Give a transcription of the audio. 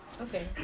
Okay